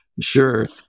Sure